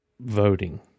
voting